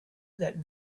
that